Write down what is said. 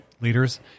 leaders